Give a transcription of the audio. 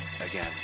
again